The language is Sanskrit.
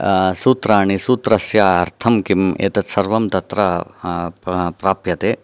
सूत्राणि सूत्रस्य अर्थं किम् एतत् सर्वं तत्र प्र प्र प्राप्यते